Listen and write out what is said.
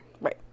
Right